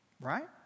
Right